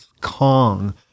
Kong